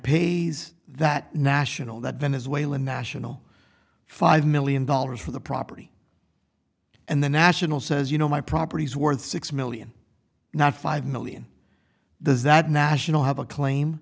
pays that national that venezuelan national five million dollars for the property and the national says you know my property is worth six million not five million does that national have a claim